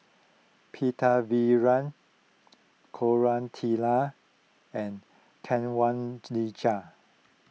Pritiviraj Koratala and